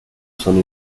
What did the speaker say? sono